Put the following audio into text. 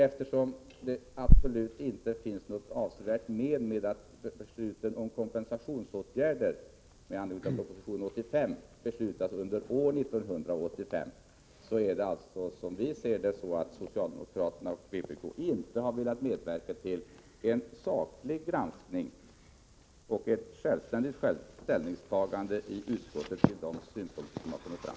Eftersom det absolut inte finns något avsevärt men förenat med att beslutet om kompensationsåtgärder med anledning av proposition 85 fattas under år 1985, har, som vi ser det, socialdemokraterna och vpk inte velat medverka till en saklig granskning av, och till ett självständigt ställningstagande i utskottet till de synpunkter som har kommit fram.